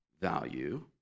value